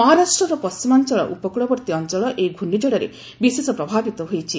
ମହାରାଷ୍ଟ୍ରର ପଣ୍ଟିମାଞ୍ଚଳ ଉପକୃଳବର୍ତ୍ତୀ ଅଞ୍ଚଳ ଏହି ଘର୍ଣ୍ଣିଝଡ଼ରେ ବିଶେଷ ପ୍ରଭାବିତ ହୋଇଛି